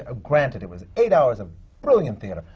ah granted, it was eight hours of brilliant theatre.